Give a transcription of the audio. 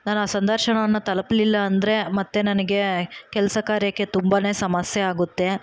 ನಾನು ಆ ಸಂದರ್ಶನವನ್ನು ತಲುಪ್ಲಿಲ್ಲ ಅಂದರೆ ಮತ್ತೆ ನನಗೆ ಕೆಲಸ ಕಾರ್ಯಕ್ಕೆ ತುಂಬನೇ ಸಮಸ್ಯೆ ಆಗುತ್ತೆ